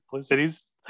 cities